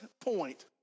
point